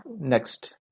next